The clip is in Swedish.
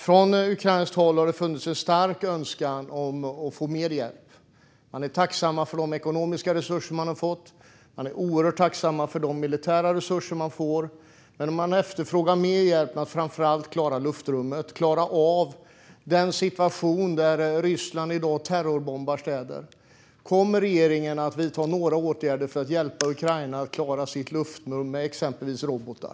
Från ukrainskt håll har det funnits en stark önskan om mer hjälp. Man är tacksam för de ekonomiska resurser som man har fått, och man är oerhört tacksam för de militära resurser man har fått. Men man har efterfrågat mer hjälp med att framför allt klara luftrummet, klara av den situation där Ryssland i dag terrorbombar städer. Kommer regeringen att vidta några åtgärder för att hjälpa Ukraina att klara sitt luftrum med exempelvis robotar?